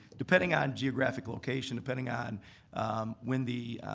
depending on geographical location, depending on when the